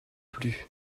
plus